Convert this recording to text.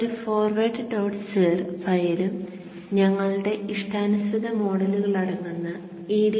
ഒരു forward dot സിർ ഫയലും ഞങ്ങളുടെ ഇഷ്ടാനുസൃത മോഡലുകൾ അടങ്ങുന്ന edt01